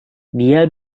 dia